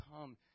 come